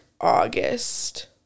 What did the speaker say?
August